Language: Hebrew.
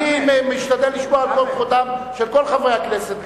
אני משתדל לשמור על כבודם של כל חברי הכנסת,